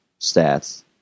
stats